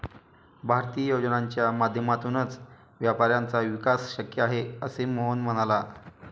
भारतीय योजनांच्या माध्यमातूनच व्यापाऱ्यांचा विकास शक्य आहे, असे मोहन म्हणाला